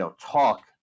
talk